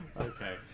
Okay